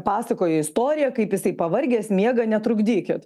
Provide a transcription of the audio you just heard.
pasakoja istoriją kaip jisai pavargęs miega netrukdykit